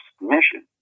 mission